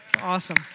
Awesome